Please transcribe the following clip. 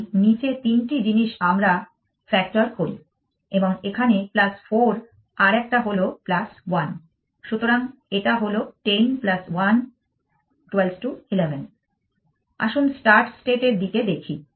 তাই নীচে তিনটি জিনিস আমরা ফ্যাক্টর করি এবং এখানে 4 আর এটা হল 1 সুতরাং এটা হল 10 1 11 আসুন স্টার্ট স্টেট এর দিকে দেখি